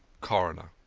coroner